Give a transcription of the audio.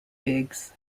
biggs